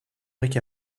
bric